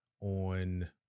on